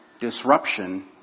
disruption